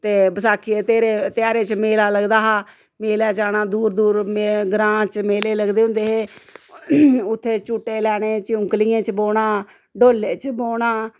ते बसाखी दे ध्यारे ध्यारे च मेला लगदा हा मेले जाना दूर दूर ग्रांऽ च मेले लगदे होंदे हे उत्थें झूटे लैने चुनकलियें च बौह्ना डोल्ले च बौह्ना